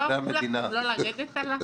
לא אמרו לכם לא לרדת עליו?